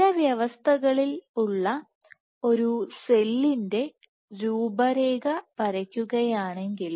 ചില വ്യവസ്ഥകളിൽ ഉള്ള ഒരു സെല്ലിന്റെ രൂപരേഖ വയ്ക്കുകയാണെങ്കിൽ